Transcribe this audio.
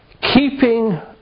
keeping